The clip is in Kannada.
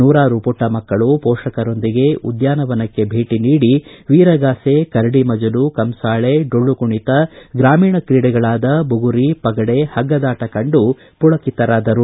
ನೂರಾರು ಪುಟ್ವ ಮಕ್ಕಳು ಹೋಷಕರೊಂದಿಗೆ ಉದ್ದಾನವನಕ್ಕೆ ಭೇಟಿ ನೀಡಿ ವೀರಗಾಸೆ ಕರಡಿಮಜಲು ಕಂಸಾಳೆ ಡೊಳ್ಳು ಕುಣಿತ ಗ್ರಾಮೀಣ ಕ್ರೀಡೆಗಳಾದ ಬುಗುರಿ ಪಗಡೆ ಹಗ್ಗದಾಟ ಕಂಡು ಪುಳಕಿತರಾದರು